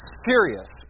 serious